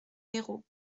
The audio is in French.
méreau